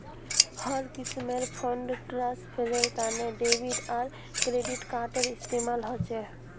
हर किस्मेर फंड ट्रांस्फरेर तने डेबिट आर क्रेडिट कार्डेर इस्तेमाल ह छे